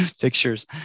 pictures